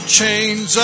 chains